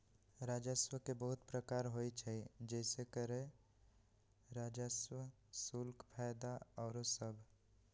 राजस्व के बहुते प्रकार होइ छइ जइसे करें राजस्व, शुल्क, फयदा आउरो सभ